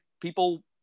people –